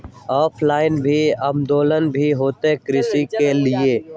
Offline भी आवेदन भी होता है ऋण के लिए?